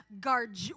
guard